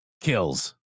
kills